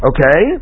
Okay